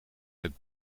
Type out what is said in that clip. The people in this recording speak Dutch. het